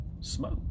smoke